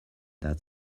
that